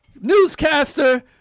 newscaster